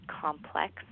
complex